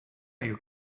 you